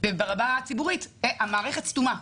וברמה הציבורית המערכת סתומה,